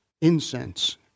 incense